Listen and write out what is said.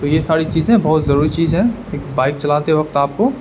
تو یہ ساری چیزیں بہت ضروری چیز ہے ایک بائک چلاتے وقت آپ کو